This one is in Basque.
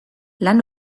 lan